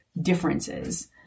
differences